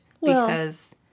because-